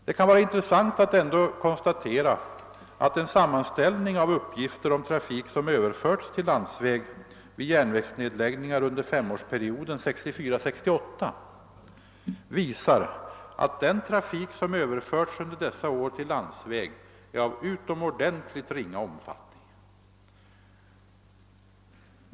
Det kan vara intressant att konstatera att en sammanställning av uppgifter om trafik, som överförts till landsväg vid järnvägsnedläggningar under femårsperioden 1964 —1968, visar att den trafik som under dessa år har överförts till landsväg är av utomordentligt ringa omfattning.